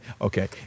Okay